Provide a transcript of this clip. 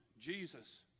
Jesus